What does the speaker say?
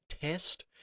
test